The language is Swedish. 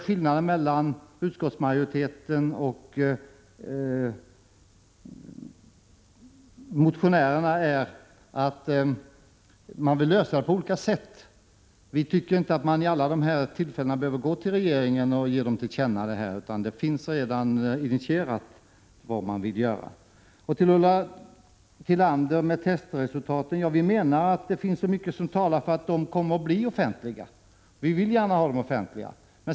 Skillnaden mellan utskottsmajoriteten och motionärerna tror jag är att man vill lösa detta på olika sätt. Vi tycker inte att man vid alla dessa tillfällen behöver gå till regeringen och ge den till känna, utan det finns redan initierat vad man vill göra. Sedan till frågan om testresultaten, Ulla Tillander. Vi menar att det finns så mycket som talar för att de kommer att bli offentliga, och vi vill gärna ha dem offentliga.